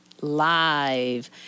Live